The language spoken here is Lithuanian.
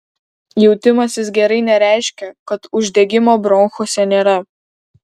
jautimasis gerai nereiškia kad uždegimo bronchuose nėra